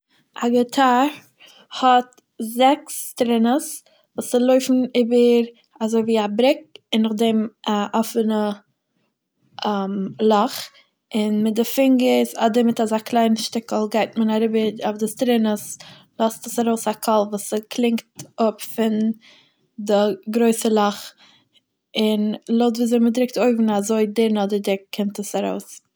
א גיטאר האט זעקס סטרונעס וואס ס'לויפן איבער אזוי ווי א בריק און נאכדעם א אפענע לאך און מיט די פינגערס אדער מיט אזא קליינע שטיקל גייט מען אריבער אויף די סטרונעס לאזט עס ארויס א קול וואס ס'קלינגט אפ פון די גרויסע לאך און לויט ווי אזוי מ'דרוקט אויבן אזוי דין אדער דיק קומט עס ארויס.